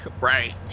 Right